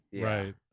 right